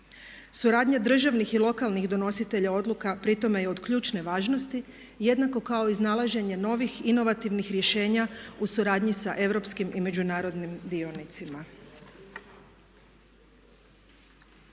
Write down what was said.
Suradnja državnih i lokalnih donositelja odluka pri tome je od ključne važnosti jednako kao iznalaženje novih inovativnih rješenja u suradnji sa europskim i međunarodnim dionicima.